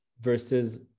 versus